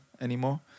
anymore